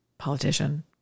politician